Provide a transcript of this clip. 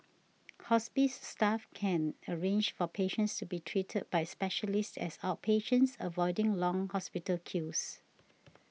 hospice staff can arrange for patients to be treated by specialists as outpatients avoiding long hospital queues